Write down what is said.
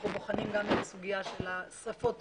אנחנו בוחנים גם את סוגיית שריפות הפסולת.